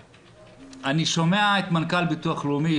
אני שומע את מנכ"ל הביטוח הלאומי,